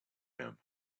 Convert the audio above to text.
him